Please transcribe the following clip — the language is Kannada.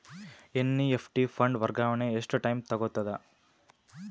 ಎನ್.ಇ.ಎಫ್.ಟಿ ಫಂಡ್ ವರ್ಗಾವಣೆ ಎಷ್ಟ ಟೈಮ್ ತೋಗೊತದ?